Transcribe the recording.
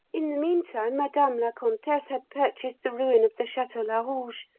in the meantime, madame la comtesse had purchased the ruin of the chateau larouge,